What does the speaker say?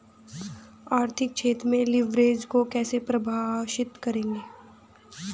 आर्थिक क्षेत्र में लिवरेज को कैसे परिभाषित करेंगे?